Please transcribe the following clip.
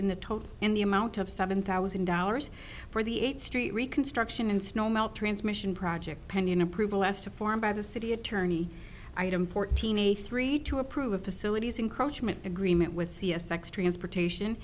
in the total in the amount of seven thousand dollars for the eighth street reconstruction and snow melt transmission project pending approval as to form by the city attorney fourteen eighty three to approve of facilities encroachments agreement with c s ex transportation